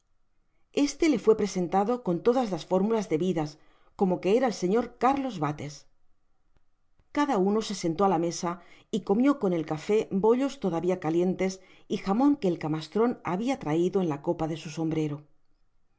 este le fué presentado con todas las fórmulas debidas como que era el señor carlos bates cada uno se sentó á la mesa y comió con el café bollos todavia calientes y jamon que el camastron habia traido en la copa de su sombrero